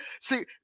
see